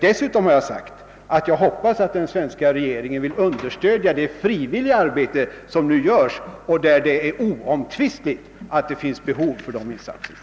Dessutom har jag sagt att jag hoppas att den svenska regeringen vill understödja det frivilliga arbete som nu bedrivs. Det är oomtvistligt att det finns behov av sådana insatser.